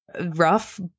rough